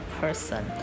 person